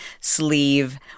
sleeve